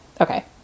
Okay